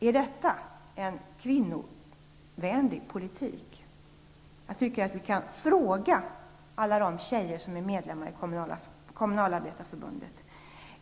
Är detta en kvinnovänlig politik? 700 kr. på den här politiken.